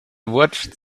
watched